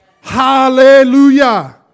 hallelujah